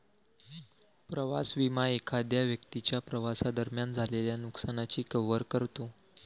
प्रवास विमा एखाद्या व्यक्तीच्या प्रवासादरम्यान झालेल्या नुकसानाची कव्हर करतो